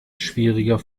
schwieriger